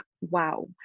wow